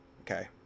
Okay